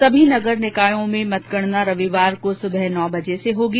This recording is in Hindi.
सभी नगर निकायों में मतगणना रविवार को सुबह नौ बजे से होगी